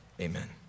Amen